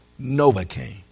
Novocaine